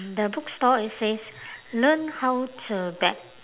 the bookstore it says learn how to bet